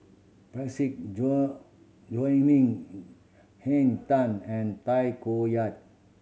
Parsick John Joaquim Henn Tan and Tay Koh Yat